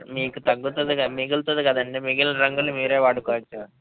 మీకు తగ్గుతుంది కదా మిగులుతుంది కదండి మిగిలిన రంగులు మీరు వాడుకోవచ్చు